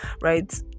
right